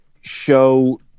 show